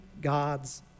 God's